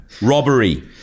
Robbery